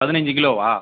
பதினஞ்சு கிலோவா